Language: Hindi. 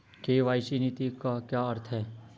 के.वाई.सी नीति का क्या अर्थ है?